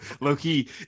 low-key